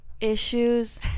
issues